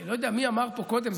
אני לא יודע מי אמר פה קודם,